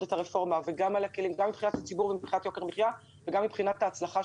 את הרפורמה מבחינת יוקר המחיה ומבחינת ההצלחה